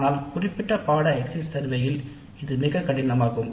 எந்தவொரு கணக்கெடுப்பிலும் நிச்சயமாக இது ஒரு முக்கியமாகும்